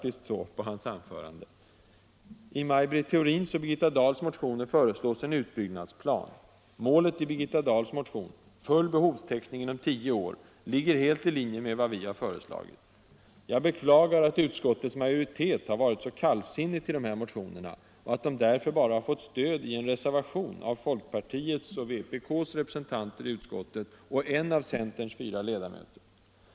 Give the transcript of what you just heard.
I Maj Britt Theorins och Birgitta Dahls motioner föreslås en utbyggnadsplan. Målet i Birgitta Dahls motion — full behovstäckning inom tio år — ligger helt i linje med vad vi har föreslagit. Jag beklagar att utskottets majoritet har varit så kallsinnig till de här motionerna och att de därför bara har fått stöd i en reservation av folkpartiets och vpk:s representanter i utskottet och en av centerns fyra ledamöter.